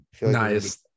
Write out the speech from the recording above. nice